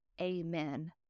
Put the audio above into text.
Amen